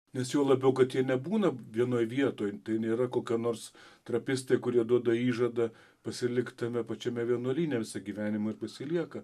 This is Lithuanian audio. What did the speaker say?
nes juo labiau kad jie nebūna vienoj vietoj tai nėra kokie nors trapistai kurie duoda įžadą pasilikt tame pačiame vienuolyne visą gyvenimą ir pasilieka